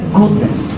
goodness